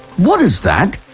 what is that?